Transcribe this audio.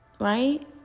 right